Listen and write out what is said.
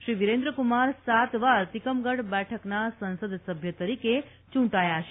શ્રી વિરેન્દ્રકુમાર સાત વાર તિકમગઢ બેઠકના સંસદસભ્ય તરીકે ચૂંટાયા છે